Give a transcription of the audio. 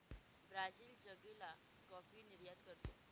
Brazil जागेला coffee निर्यात करतो